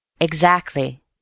Exactly